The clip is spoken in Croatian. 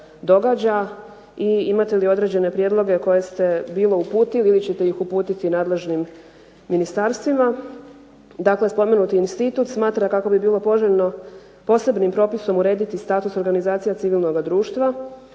događa i imate li određene prijedloge koje ste bili uputili ili ćete ih uputiti nadležnim ministarstvima. Dakle, spomenut je Institut smatra kako bi bilo poželjno posebnim propisom urediti status organizacija civilnoga društva,